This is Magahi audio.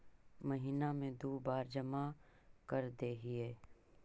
महिना मे दु बार जमा करदेहिय?